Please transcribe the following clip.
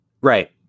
Right